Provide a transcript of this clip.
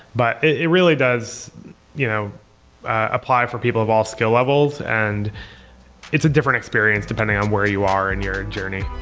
but it really does you know apply for people of all skill levels. and it's a different experience depending on where you are in your journey